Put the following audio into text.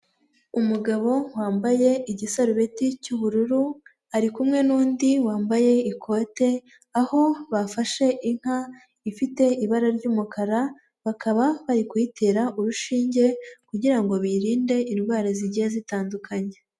Umugabo wambaye igisarubeti cy'ubururu, ari kumwe n'undi wambaye ikoti, aho bafashe inka ifite ibara ry'umukara, bakaba bari kuyitera urushinge kugira ngo bayirinde indwara zigiye zitandukanye.